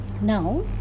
Now